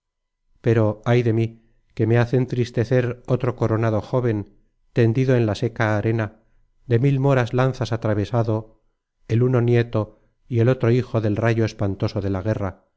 pero say de mí que me hace entristecer otro coronado jóven tendido en la seca arena de mil moras lanzas atravesado el uno nieto y el otro hijo del rayo espantoso de la guerra